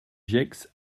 gex